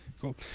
Cool